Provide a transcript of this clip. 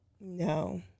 No